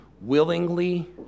willingly